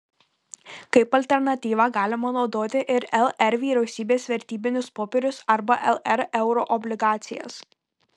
kaip alternatyvą galima naudoti ir lr vyriausybės vertybinius popierius arba lr euroobligacijas